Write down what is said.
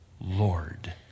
Lord